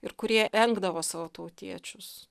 ir kurie engdavo savo tautiečius